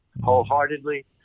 wholeheartedly